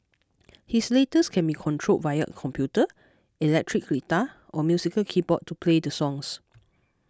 his latest can be controlled via a computer electric guitar or musical keyboard to play the songs